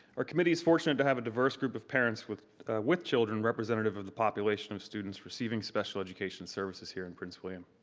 our committee is fortunate to have a diverse group of parents with with children representative of the population of students receiving special education services here in prince william.